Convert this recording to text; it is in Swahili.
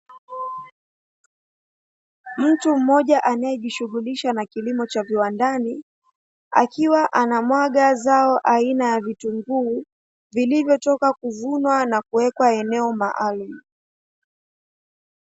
Mtu mmoja anayejishughulisha na kilimo cha viwandani akiwa anamwaga zao aina ya vitunguu, vilivyotoka kuvunwa na kuwekwa eneo maalumu.